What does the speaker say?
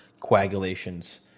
coagulations